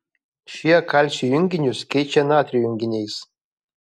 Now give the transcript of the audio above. šie kalcio junginius keičia natrio junginiais